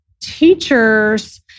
teachers